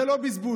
זה לא בזבוז.